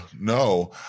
No